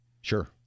Sure